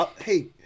Hey